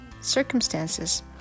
circumstances